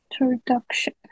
introduction